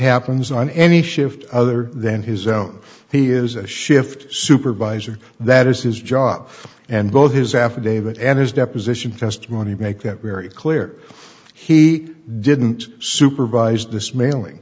happens on any shift other than his own he is a shift supervisor that is his job and both his affidavit and his deposition testimony make that very clear he didn't supervise this mailing